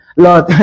Lord